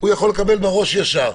יקבל על הראש ישר.